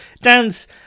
Dance